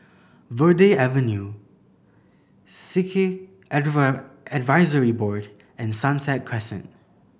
Verde Avenue Sikh Advisory Board and Sunset Crescent